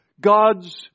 God's